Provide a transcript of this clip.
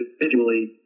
individually